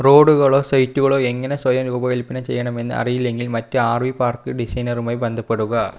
റോഡുകളോ സൈറ്റുകളോ എങ്ങനെ സ്വയം രൂപകൽപന ചെയ്യണമെന്ന് അറിയില്ലെങ്കിൽ മറ്റ് ആർ വി പാർക്ക് ഡിസൈനറുമായി ബന്ധപ്പെടുക